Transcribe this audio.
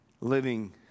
living